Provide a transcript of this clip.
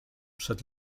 przed